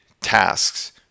tasks